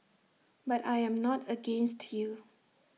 but I am not against you